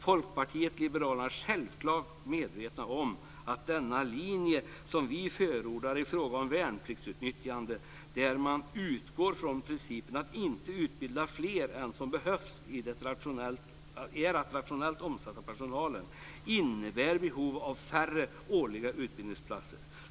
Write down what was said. Folkpartiet liberalerna är självfallet medvetet om att den linje som vi förordar i fråga om värnpliktsutnyttjande, där man utgår från principen att inte utbilda fler än som behövs för att rationellt omsätta personalen innebär behov av färre årliga utbildningsplatser.